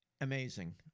amazing